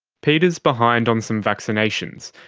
peter is behind on some vaccinations,